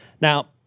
now